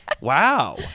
wow